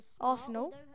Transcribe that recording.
Arsenal